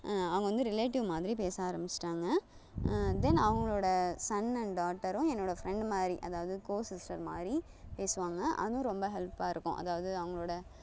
அவங்க வந்து ரிலேட்டிவ் மாதிரி பேச ஆரம்பித்துட்டாங்க தென் அவங்களோடய சன் அண்டு டாட்டரும் என்னோடய ஃப்ரெண்ட் மாதிரி அதாவது கோசிஸ்டர் மாதிரி பேசுவாங்க அதுவும் ரொம்ப ஹெல்ப்பாக இருக்கும் அதாவது அவங்களோடய